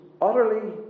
utterly